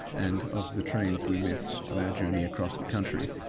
and of the trains we missed on our journey across the country.